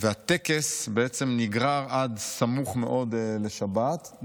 והטקס בעצם נגרר עד סמוך מאוד לשבת,